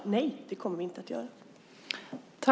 Svaret blir: Nej, det kommer vi inte att göra.